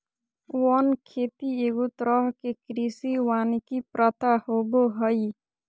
वन खेती एगो तरह के कृषि वानिकी प्रथा होबो हइ